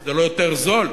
זה לא יותר זול,